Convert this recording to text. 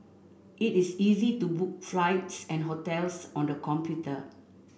it is easy to book flights and hotels on the computer